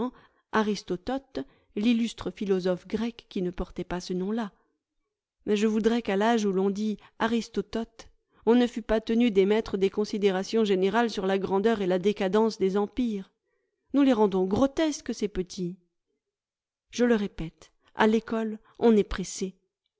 aristotote l'illustre philosophe grec qui ne portait pas ce nom-là mais je voudrais qu'à l'âge où l'on dit aristotote on ne fût pas tenu d'émettre des considérations générales sur la grandeur et la décadence des empires nous les rendons grotesques ces petits je le répète à l'ecole on est pressé